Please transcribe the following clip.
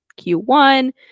Q1